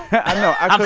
i